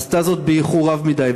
עשתה זאת באיחור רב מדי.